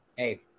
Hey